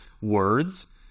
words